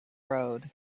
road